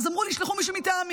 אז אמרו שישלחו מישהו מטעמי.